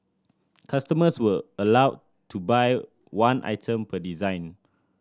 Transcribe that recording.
customers were allowed to buy one item per design